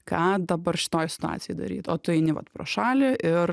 ką dabar šitoj situacijoj daryt o tu eini vat pro šalį ir